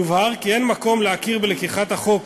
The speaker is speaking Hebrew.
יובהר כי אין מקום להכיר בלקיחת החוק